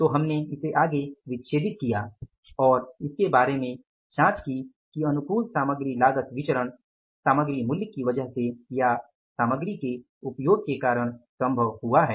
तो हमने इसे आगे विच्छेदित किया और इसके बारे में जाँच की कि अनुकूल सामग्री लागत विचरण सामग्री मूल्य की वजह से या सामग्री के उपयोग के कारण संभव हुआ है